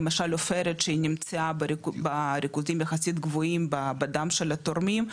למשל עופרת שהיא נמצאה בריכוזים יחסית גבוהים בדם של התורמים,